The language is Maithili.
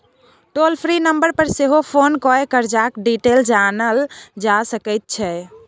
टोल फ्री नंबर पर सेहो फोन कए करजाक डिटेल जानल जा सकै छै